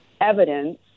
evidence